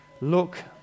Look